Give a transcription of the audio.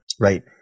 right